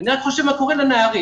אני רק חושב מה קורה לנערים,